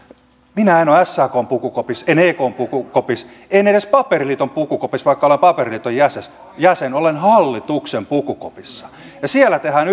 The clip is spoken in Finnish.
minä en ole sakn pukukopissa en ekn pukukopissa en edes paperiliiton pukukopissa vaikka olen paperiliiton jäsen jäsen olen hallituksen pukukopissa ja siellä tehdään